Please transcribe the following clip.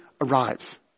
arrives